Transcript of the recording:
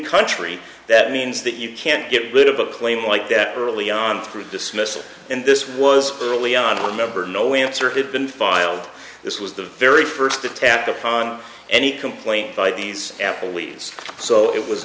country that means that you can't get rid of a claim like that early on through dismissal and this was early on a member no answer had been filed this was the very first attack upon any complaint by these apple lees so it was